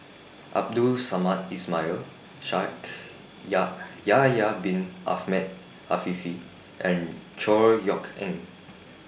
Abdul Samad Ismail Shaikh Yahya Bin Afifi and Chor Yeok Eng